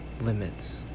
limits